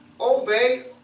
Obey